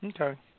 Okay